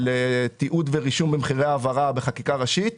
תיעוד ורישום במחירי העברה בחקיקה ראשית,